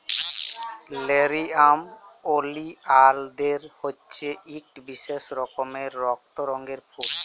লেরিয়াম ওলিয়ালদের হছে ইকট বিশেষ রকমের রক্ত রঙের ফুল